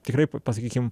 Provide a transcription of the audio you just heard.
tikrai p pasakykim